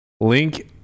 Link